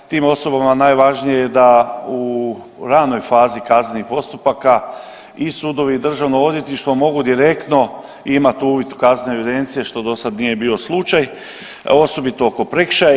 Tim osobama najvažnije je da u ranoj fazi kaznenih postupaka i sudovi i državno odvjetništvo mogu direktno imati uvid u kaznene evidencije što dosada nije bio slučaj, osobito oko prekršaja.